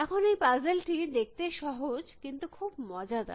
এখন এই পাজেল টি দেখতে সহজ কিন্তু খুব মজাদার